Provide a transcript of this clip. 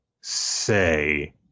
say